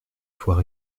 faut